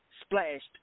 splashed